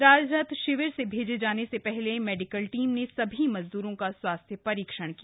राहत शिविर से भैजे जाने से पहले मेडिकल टीम ने सभी मजदूरों का स्वास्थ्य परीक्षण किया